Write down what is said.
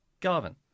Garvin